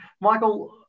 Michael